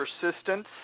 persistence